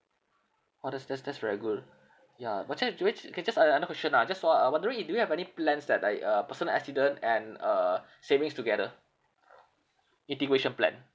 orh that's that's that's very good ya but actually do which okay just uh another question ah just wo~ uh wondering i~ do you have any plans that like uh personal accident and uh savings together integration plan